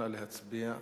נא להצביע,